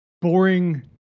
boring